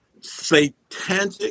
Satanic